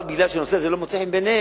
רק מפני שהנושא הזה לא מוצא חן בעיניהם,